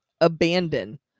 abandon